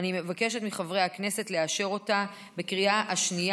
אני מבקשת מחברי הכנסת לאשר אותה בקריאה השנייה